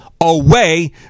away